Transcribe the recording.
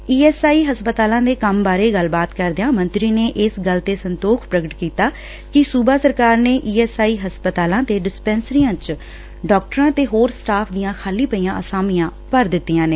E S I ਹਸਪਤਾਲਾਂ ਦੇ ਕੰਮ ਬਾਰੇ ਗਲਬਾਤ ਕਰਦਿਆਂ ਮੰਤਰੀ ਨੇ ਇਸ ਗੱਲ ਤੇ ਸੰਤੋਖ ਪ੍ਰਗਟ ਕੀਤਾ ਕਿ ਸੁਬਾ ਸਰਕਾਰ ਨੇ ਈ ਐਸ ਆਈ ਹਸਪਤਾਲਾਂ ਤੇ ਡਿਸਪੈਨਸਰੀਆਂ ਚ ਡਾਕਟਰਾਂ ਤੇ ਹੋਰ ਸਟਾਫ਼ ਦੀਆਂ ਖਾਲੀ ਪਈਆਂ ਅਸਾਮੀਆਂ ਭਰ ਦਿੱਤੀਆਂ ਨੇ